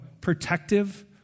Protective